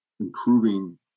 improving